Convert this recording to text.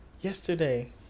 Yesterday